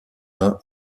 mains